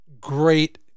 great